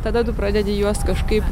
tada tu pradedi juos kažkaip